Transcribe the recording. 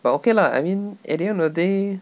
but okay lah I mean at the end of the day